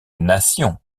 nation